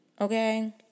okay